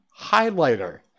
highlighter